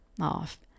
off